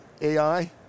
AI